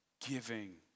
giving